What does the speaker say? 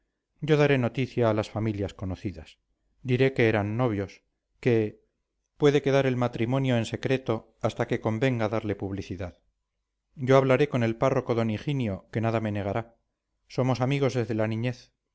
yo daré noticia a las familias conocidas diré que eran novios que puede quedar el matrimonio en secreto hasta que convenga darle publicidad yo hablaré con el párroco d higinio que nada me negará somos amigos desde la niñez